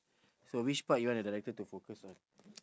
so which part you want the director to focus on